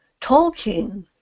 Tolkien